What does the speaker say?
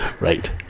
Right